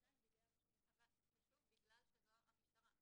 --- שוב, רק בגלל שזו המשטרה.